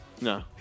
No